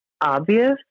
obvious